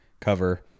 cover